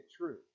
true